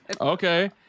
Okay